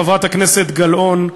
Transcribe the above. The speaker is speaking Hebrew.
חברת הכנסת גלאון,